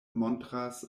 montras